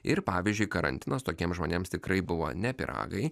ir pavyzdžiui karantinas tokiems žmonėms tikrai buvo ne pyragai